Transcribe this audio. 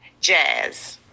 jazz